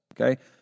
Okay